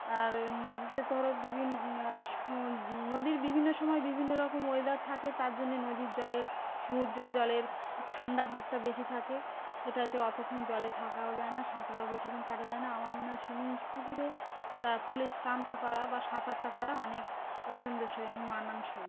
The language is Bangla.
আর নদীতে ধরো বিভিন্ন সমু নদীর বিভিন্ন সময় বিভিন্ন রকম ওয়েদার থাকে তার জন্যে নদীর জলের সমুদ্রের জলের ঠান্ডা ভাবটা বেশি থাকে সেটাতে অতক্ষণ জলে থাকাও যায় না সাঁতারও বেশিক্ষণ কাটা যায় না আমার মনে হয় সমু পুকুরে চা পুলে স্নানটা করা বা সাঁতারটা করা অনেক পছন্দসই অনেক মানানসই